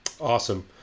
Awesome